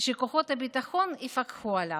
שכוחות הביטחון יפקחו עליו.